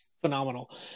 phenomenal